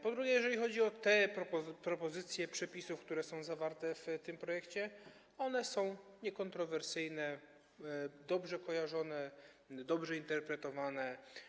Po drugie, jeżeli chodzi o te propozycje przepisów, które są zawarte w tym projekcie, to one są niekontrowersyjne, dobrze kojarzone, dobrze interpretowane.